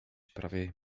prawie